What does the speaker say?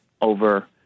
over